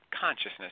consciousness